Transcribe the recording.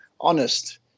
honest